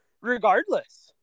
regardless